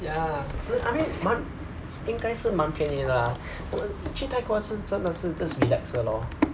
ya I mean 蛮应该是蛮便宜的啦去泰国真的是 just relax 的咯